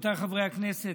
רבותיי חברי הכנסת,